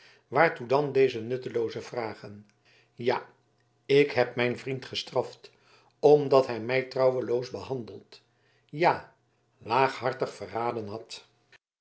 waartoe dan deze nuttelooze vragen ja ik heb mijn vriend gestraft omdat hij mij trouweloos behandeld ja laaghartig verraden had